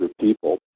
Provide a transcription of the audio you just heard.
people